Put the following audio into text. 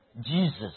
Jesus